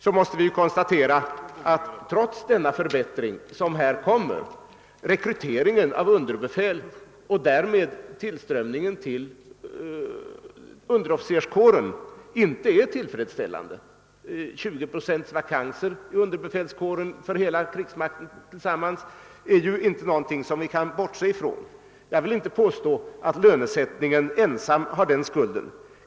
Vi måste också konstatera att, trots den förbättring som kommer, rekryteringen av underbefäl och därmed tillströmningen till underofficerskåren inte är tillfredsställande. Vakanser på 20 procent i underbefälskåren för hela krigsmakten tillsammans är inte någonting som vi kan bortse från. Jag vill inte påstå att lönesättningen ensam här skulden.